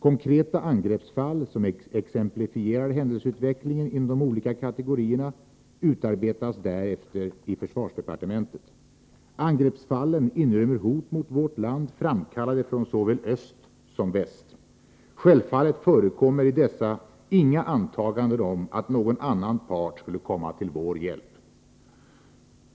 Konkreta angreppsfall, som exemplifierar händelseutvecklingen inom de olika kategorierna, utarbetas därefter i försvarsdepartementet. Angreppsfallen inrymmer hot mot vårt land framkallade från såväl öst som väst. Självfallet förekommer i dessa inga antaganden om att någon annan part skulle komma till vår hjälp.